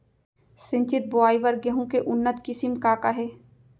सिंचित बोआई बर गेहूँ के उन्नत किसिम का का हे??